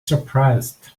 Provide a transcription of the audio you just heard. surprised